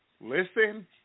listen